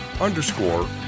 underscore